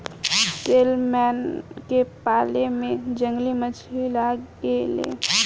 salmon के पाले में जंगली मछली लागे ले